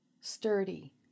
sturdy